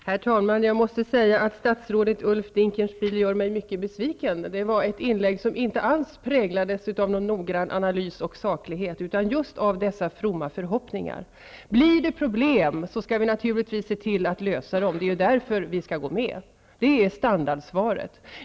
Herr talman! Jag måste säga att statsrådet Ulf Dinkelspiel gör mig mycket besviken. Hans inlägg präglades inte alls av någon noggrann analys och saklighet, utan just av fromma förhoppningar. Standardsvaret var: Blir det problem, skall vi naturligtvis se till att lösa dem -- det är därför vi skall gå med.